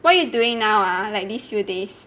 what you doing now ah like these few days